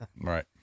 Right